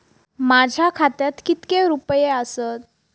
माझ्या खात्यात कितके रुपये आसत?